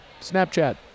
Snapchat